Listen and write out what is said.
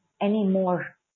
anymore